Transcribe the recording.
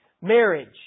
Marriage